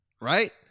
Right